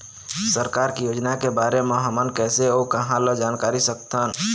सरकार के योजना के बारे म हमन कैसे अऊ कहां ल जानकारी सकथन?